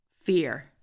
fear